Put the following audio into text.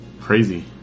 Crazy